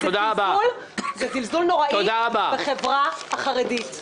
זה זלזול נוראי בחברה החרדית.